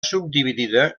subdividida